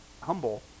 humble